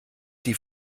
die